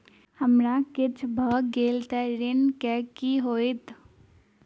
हमरा किछ भऽ गेल तऽ ऋण केँ की होइत?